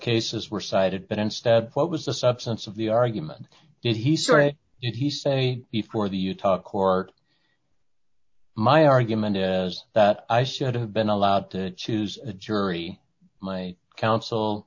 cases were cited but instead what was the substance of the argument did he say did he say before the utah court my argument is that i should have been allowed to choose the jury my counsel